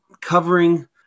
covering